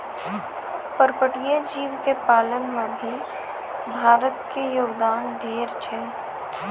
पर्पटीय जीव के पालन में भी भारत के योगदान ढेर छै